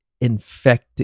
infect